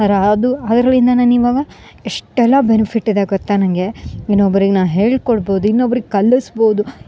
ಅದು ಅದ್ರಲಿಂದ ನಾನು ಇವಾಗ ಎಷ್ಟೆಲ್ಲ ಬೆನಿಫಿಟ್ ಇದೆ ಗೊತ್ತಾ ನನಗೆ ಇನ್ನೊಬ್ಬರಿಗೆ ನಾನು ಹೇಳ್ಕೊಡ್ಬೋದು ಇನ್ನೊಬ್ರಿಗ ಕಲಿಸ್ಬೋದು